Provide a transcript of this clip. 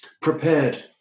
prepared